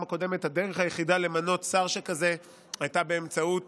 הקודמת הדרך היחידה למנות שר שכזה הייתה באמצעות